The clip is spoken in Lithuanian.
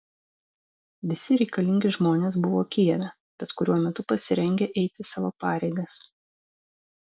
visi reikalingi žmonės buvo kijeve bet kuriuo metu pasirengę eiti savo pareigas